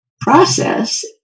process